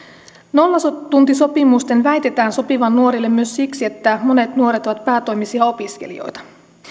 nollatuntisopimusten väitetään sopivan nuorille myös siksi että monet nuoret ovat päätoimisia opiskelijoita